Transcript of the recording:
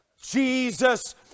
Jesus